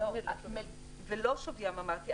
ולא שוויים, אמרתי.